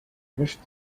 wish